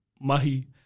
Mahi